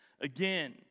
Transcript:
again